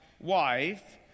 wife